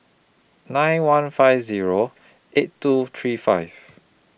nine one five Zero eight two three five